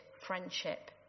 friendship